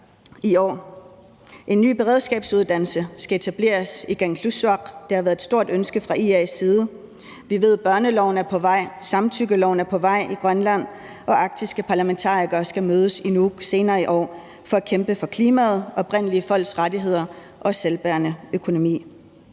i år. En ny beredskabsuddannelse skal etableres i Kangerlussuaq. Det har været et stort ønske fra IA's side. Vi ved, at børneloven er på vej, samtykkeloven er på vej ind i Grønland, og arktiske parlamentarikere skal mødes i Nuuk senere i år for at kæmpe for klimaet, oprindelige folks rettigheder og selvbærende økonomi.